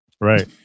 Right